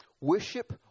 Worship